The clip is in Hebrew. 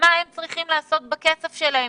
ומה הם צריכים לעשות עם הכסף שלהם,